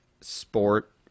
sport